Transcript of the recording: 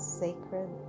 sacred